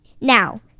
Now